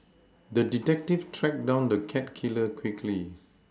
the detective tracked down the cat killer quickly